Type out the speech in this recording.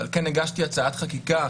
על כן הגשתי הצעת חקיקה,